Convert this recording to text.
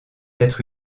être